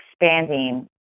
expanding